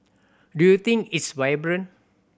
do you think it's vibrant